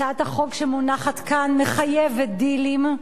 הצעת החוק שמונחת כאן מחייבת דילים,